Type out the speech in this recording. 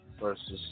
versus